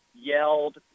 yelled